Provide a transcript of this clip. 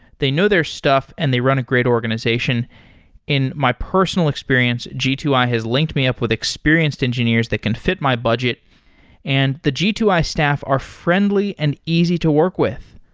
they know their stuff and they run a great organization in my personal experience, g two i has linked me up with experienced engineers that can fit my budget and the g two i staff are friendly and easy to work with.